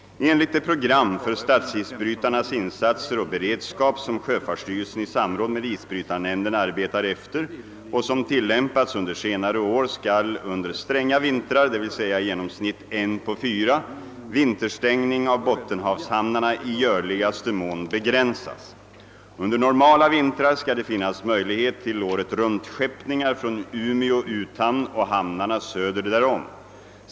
nas insatser och beredskap som sjöfartsstyrelsen i samråd med isbrytarnämnden arbetar efter och som tilllämpats under senare år skall under stränga vintrar — d.v.s. genomsnitt en på fyra — vinterstängning av Bottenhavshamnarna i görligaste mån begränsas. Under normala vintrar skall det finnas möjlighet till åretruntskeppningar från Umeå uthamn och hamnarna söder därom.